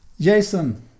Jason